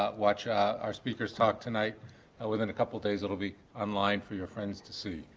ah watch our speakers talk tonight within a couple days, it'll be online for your friends to see.